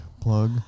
plug